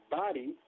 body